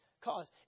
cause